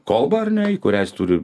kolba ar ne į kurią jis turi